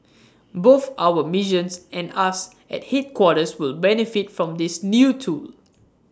both our missions and us at headquarters will benefit from this new tool